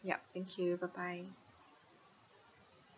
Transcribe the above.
yup thank you bye bye